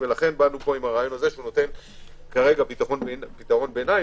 ולכן באנו עם הרעיון הזה שנותן כרגע פתרון ביניים.